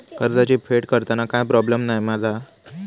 कर्जाची फेड करताना काय प्रोब्लेम नाय मा जा?